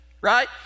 right